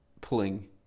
pulling